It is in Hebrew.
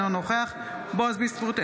אינו נוכח בועז ביסמוט,